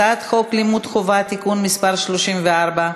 הצעת חוק לימוד חובה (תיקון מס' 34),